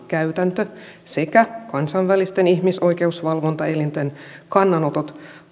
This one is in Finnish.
käytäntö sekä kansainvälisten ihmisoikeusvalvontaelinten kannanotot